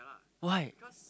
why